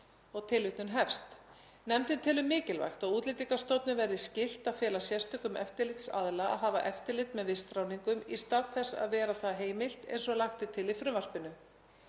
eftirfarandi rökum: „Nefndin telur mikilvægt að Útlendingastofnun verði skylt að fela sérstökum eftirlitsaðila að hafa eftirlit með vistráðningum í stað þess að vera það heimilt eins og lagt er til í frumvarpinu.